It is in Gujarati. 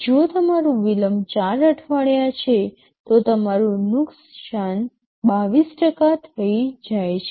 જો તમારું વિલંબ ૪ અઠવાડિયા છે તો તમારું નુકસાન ૨૨ થઈ જાય છે